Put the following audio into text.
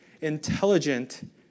intelligent